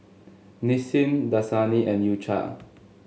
Nissin Dasani and U Cha